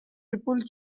people